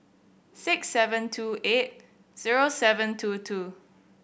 six seven two eight zero seven two two